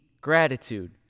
gratitude